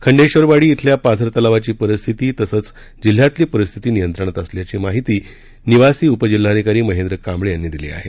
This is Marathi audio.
खंडेबरवाडी इथल्या पाझर तलावाची परिस्थिती तसंच जिल्ह्यातली परिस्थिती नियंत्रणात असल्याची माहिती निवासी उपजिल्हाधिकारी महेंद्र कांबळे यांनी दिली आहे